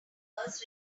numbers